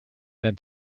than